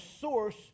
source